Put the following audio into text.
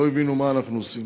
לא הבינו מה אנחנו עושים.